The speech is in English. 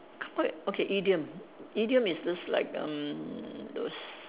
come up okay idiom idiom is those like erm those